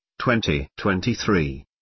2023